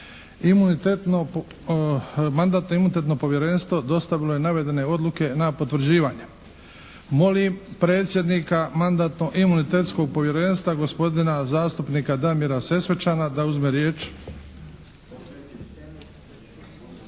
Mandatno imunitetno povjerenstvo dostavilo je navedene odluke na potvrđivanje. Molim predsjednika Mandatno imunitetskog povjerenstva gospodina zastupnika Damira Sesvečana da uzme riječ.